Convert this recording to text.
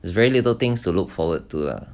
it's very little things to look forward to